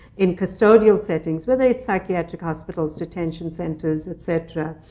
in custodial settings, whether it's psychiatric hospitals, detention centers, et cetera.